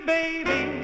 baby